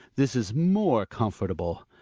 this is more comfortable.